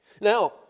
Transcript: Now